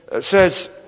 says